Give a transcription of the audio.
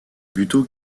buteau